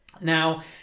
Now